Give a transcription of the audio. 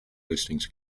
listings